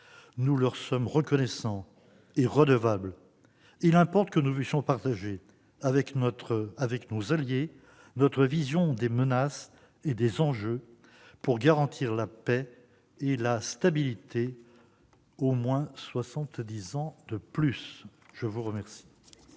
Nous leur sommes reconnaissants et redevables. Il importe que nous puissions partager avec nos alliés notre vision des menaces et des enjeux pour garantir la paix et la stabilité durant au moins encore